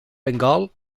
bengal